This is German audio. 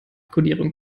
kodierung